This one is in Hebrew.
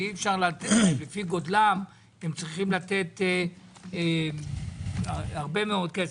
שלפי גודלם צריך לתת הרבה מאוד כסף.